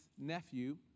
nephew